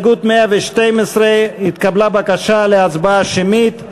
112, התקבלה בקשה להצבעה שמית.